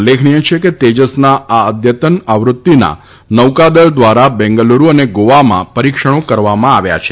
ઉલ્લેખનીય છે કે તેજસના આ અદ્યતન આવૃત્તિના નૌકાદળ દ્વારા બેંગલુરૂ અને ગોવામાં પરિક્ષણો કરવામાં આવ્યા છે